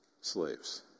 slaves